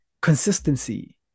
consistency